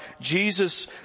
Jesus